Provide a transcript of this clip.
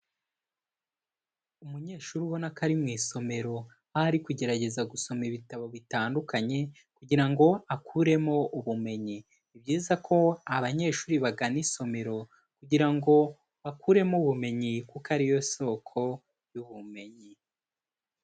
Umunyeshuri ubona ko ari mu isomero, aho ari kugerageza gusoma ibitabo bitandukanye kugira ngo akuremo ubumenyi, ni byiza ko abanyeshuri bagana isomero kugira ngo bakuremo ubumenyi kuko ari yo soko y'ubumenyi.